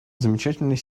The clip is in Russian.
замечательной